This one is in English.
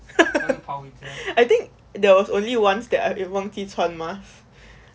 I think there was only once that I 我忘记穿 mask